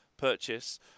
purchase